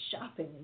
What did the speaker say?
shopping